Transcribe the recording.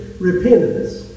repentance